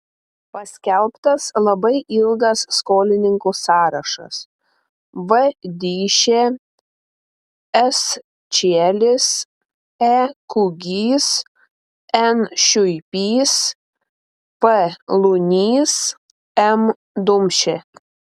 paskelbtas labai ilgas skolininkų sąrašas v dyšė s čielis e kugys n šiuipys p lunys m dumšė